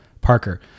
Parker